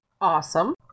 Awesome